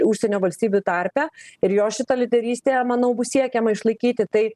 užsienio valstybių tarpe ir jos šitą lyderystę manau bus siekiama išlaikyti tai